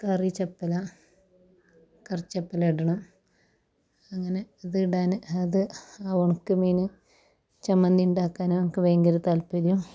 കറി ചെപ്പല കറി ചെപ്പല ഇടണം അങ്ങനെ ഇതിടാന് അത് ആ ഒണക്ക് മീൻ ചമ്മന്തിണ്ടാക്കാന് എനിക്ക് ഭയങ്കര താൽപ്പര്യം